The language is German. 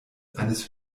eines